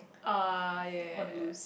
ah yea yea yea